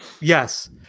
yes